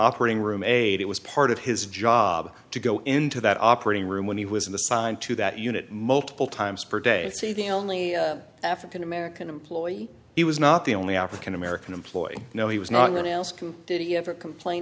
operating room aide it was part of his job to go into that operating room when he was assigned to that unit multiple times per day see the only african american employee he was not the only african american employee no he was not going else can did he ever complain